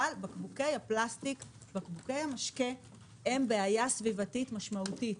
אבל בקבוקי המשקה הם בעיה סביבתית משמעותית.